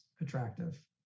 attractive